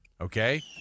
Okay